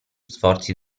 sforzi